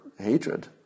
hatred